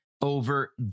over